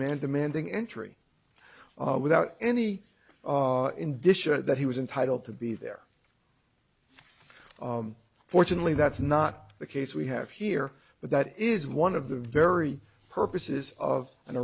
man demanding entry without any in disha that he was entitled to be there fortunately that's not the case we have here but that is one of the very purposes of and